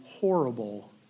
horrible